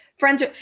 friends